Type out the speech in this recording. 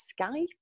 skype